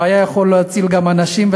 והייתה יכולת להציל גם אנשים,